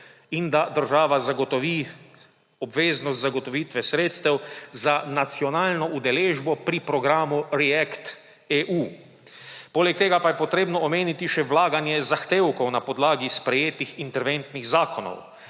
in da država zagotovi obveznost zagotovitve sredstev za nacionalno udeležbo pri programu React-EU. Poleg tega pa je treba omeniti še vlaganje zahtevkov na podlagi sprejetih interventnih zakonov.